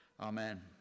Amen